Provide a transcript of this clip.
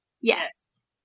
Yes